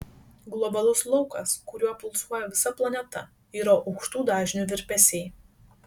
globalus laukas kuriuo pulsuoja visa planeta yra aukštų dažnių virpesiai